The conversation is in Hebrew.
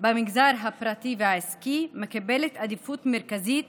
במגזר הפרטי והעסקי מקבל עדיפות מרכזית